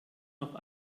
noch